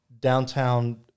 downtown